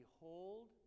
behold